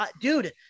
dude